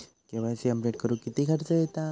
KYC update करुक किती खर्च येता?